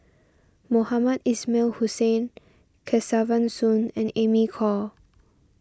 Mohamed Ismail Hussain Kesavan Soon and Amy Khor